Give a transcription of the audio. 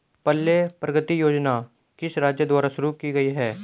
पल्ले प्रगति योजना किस राज्य द्वारा शुरू की गई है?